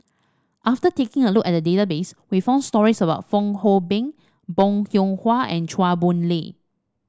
after taking a look at the database we found stories about Fong Hoe Beng Bong Hiong Hwa and Chua Boon Lay